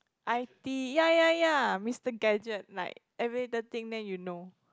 i_t yeah yeah yeah Mister gadget like every little thing then you know